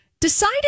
decided